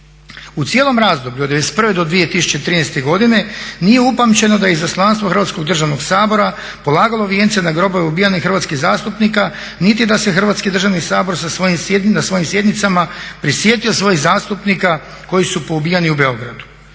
U cijelom razdoblju od '91. do 2013. godine nije upamćeno da je Izaslanstvo Hrvatskog državnog sabora polagalo vijence na grobove ubijenih hrvatskih zastupnika niti da se Hrvatski državni sabor na svojim sjednicama prisjetio svojih zastupnika koji su poubijani u Beogradu.